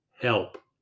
help